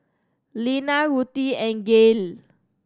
Lenna Ruthie and Gael